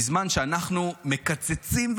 בזמן שאנחנו מקצצים,